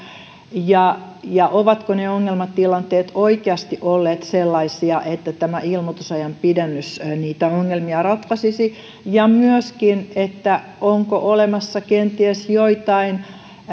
ja ja ovatko ne ongelmatilanteet oikeasti olleet sellaisia että tämä ilmoitusajan pidennys niitä ongelmia ratkaisisi ja myöskin onko olemassa kenties joitain